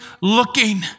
looking